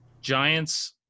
Giants